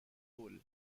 pool